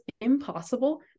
impossible